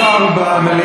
יש שר במליאה.